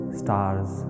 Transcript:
stars